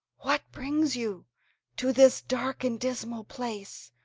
what brings you to this dark and dismal place?